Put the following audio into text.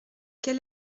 quel